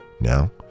Now